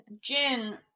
Jin